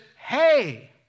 hey